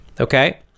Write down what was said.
okay